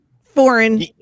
Foreign